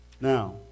Now